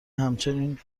همچنین